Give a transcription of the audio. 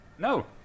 No